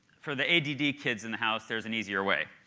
for the add kids in the house there's an easier way.